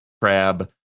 crab